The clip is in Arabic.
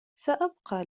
سأبقى